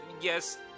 yes